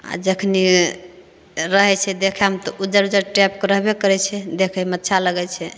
आ जखनि रहैत छै देखैमे तऽ उजर उजर टाइपके रहबे करैत छै देखैमे अच्छा लगैत छै